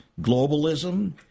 globalism